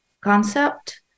concept